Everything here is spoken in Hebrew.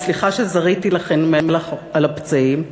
סליחה שזריתי לכן מלח על הפצעים.